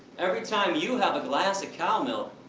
every time you have a glass of cow milk,